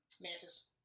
Mantis